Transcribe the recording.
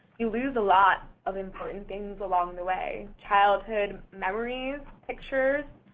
you lose a lot of important things along the way. childhood memories, pictures,